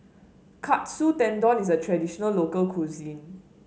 Katsu Tendon is a traditional local cuisine